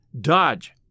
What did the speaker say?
Dodge